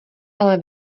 ale